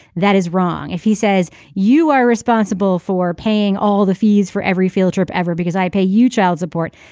that is wrong. if he says you are responsible for paying all the fees for every field trip ever because i pay you child support.